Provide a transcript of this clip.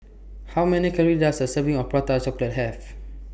How Many Calories Does A Serving of Prata Chocolate Have